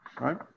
right